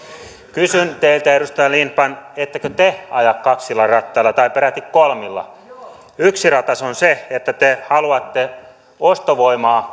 kysyn teiltä edustaja lindtman ettekö te aja kaksilla rattailla tai peräti kolmilla yksi ratas on se että te haluatte ostovoimaa